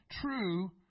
true